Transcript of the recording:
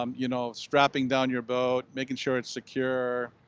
um you know strapping down your boat, making sure it's secure,